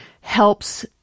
helps